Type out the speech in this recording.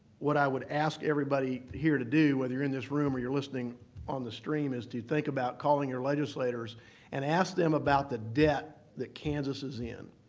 what i would ask everybody here to do, whether you're in this room or you're listening on the stream, is to think about calling your legislators and ask them about the debt that kansas is in.